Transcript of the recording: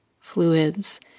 fluids